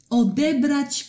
odebrać